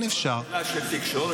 זו לא שאלה של תקשורת.